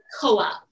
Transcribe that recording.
co-op